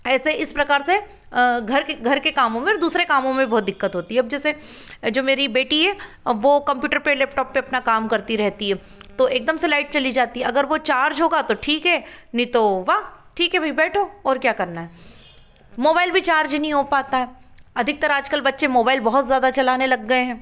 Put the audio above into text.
ऐसे इस प्रकार से घर घर के कामों में और दूसरे कामों में बहुत दिक्कत होती है जैसे जो मेरी बेटी है वो कम्प्यूटर पर लैपटॉप पर अपना काम करती रहती है तो एकदम से लाइट चली जाती है अगर वह चार्ज होगा तो ठीक है नहीं तो वाह ठीक है भाई बैठो और क्या करना है मोबाईल भी चार्ज नहीं हो पता है अधिकतर आज कल बच्चे मोबाईल बहुत ज़्यादा चलाने लग गए हैं